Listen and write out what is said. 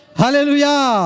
Hallelujah